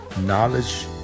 knowledge